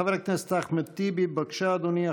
חבר הכנסת אחמד טיבי, בבקשה, אדוני.